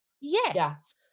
yes